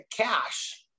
cash